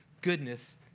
goodness